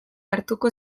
hartuko